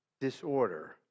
disorder